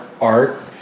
art